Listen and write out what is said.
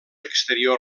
exterior